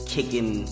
Kicking